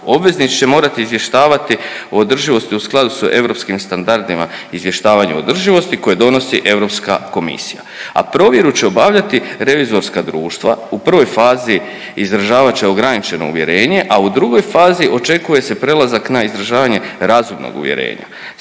Obveznici će morati izvještavati o održivosti u skladu s europskim standardima izvještavanja o održivosti koje donosi Europska komisija, a provjeru će obavljati revizorska društva. U prvoj fazi izražavat će ograničeno uvjerenje, a u drugoj fazi očekuje se prelazak na izražavanje razumnog uvjerenja.